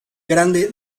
grande